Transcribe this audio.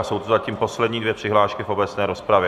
Jsou to zatím poslední dvě přihlášky v obecné rozpravě.